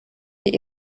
die